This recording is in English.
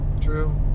True